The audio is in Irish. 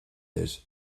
air